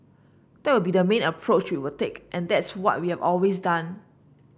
that would be the main approach we would take and that's what we have always done